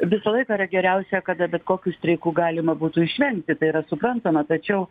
visą laiką yra geriausia kada bet kokių streikų galima būtų išvengti tai yra suprantama tačiau